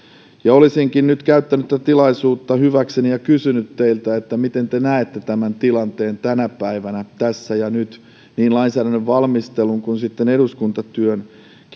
olisinkin nyt käyttänyt tätä tilaisuutta hyväkseni ja kysynyt teiltä miten te näette tämän tilanteen tänä päivänä tässä ja nyt niin lainsäädännön valmistelun kuin eduskuntatyönkin